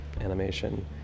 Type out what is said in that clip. animation